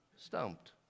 stumped